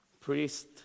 Priest